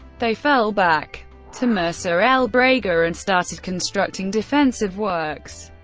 they fell back to mersa el brega and started constructing defensive works.